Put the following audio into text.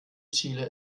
chile